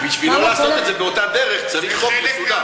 בשביל לא לעשות את זה באותה דרך, צריך חוק מסודר.